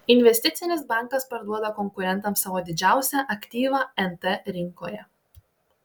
investicinis bankas parduoda konkurentams savo didžiausią aktyvą nt rinkoje